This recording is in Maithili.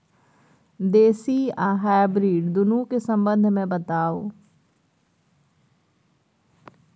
देसी आ हाइब्रिड दुनू के संबंध मे बताऊ?